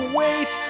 wait